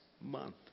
month